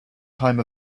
time